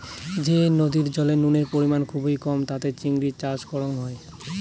যে নদীর জলে নুনের পরিমাণ খুবই কম তাতে চিংড়ি চাষ করাং হই